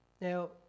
Now